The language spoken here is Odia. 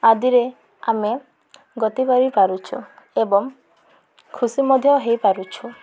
ଆଦିରେ ଆମେ ଗତି ପାରି ପାରୁଛୁ ଏବଂ ଖୁସି ମଧ୍ୟ ହେଇପାରୁଛୁ